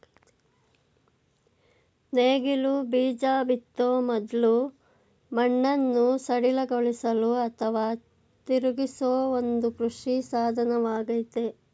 ನೇಗಿಲು ಬೀಜ ಬಿತ್ತೋ ಮೊದ್ಲು ಮಣ್ಣನ್ನು ಸಡಿಲಗೊಳಿಸಲು ಅಥವಾ ತಿರುಗಿಸೋ ಒಂದು ಕೃಷಿ ಸಾಧನವಾಗಯ್ತೆ